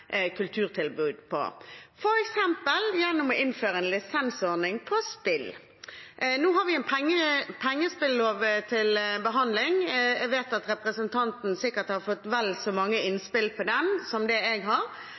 kulturtilbud på, f.eks. gjennom å innføre en lisensordning på spill. Nå har vi en pengespillov til behandling. Jeg vet at representanten sikkert har fått vel så mange innspill på den som det jeg har,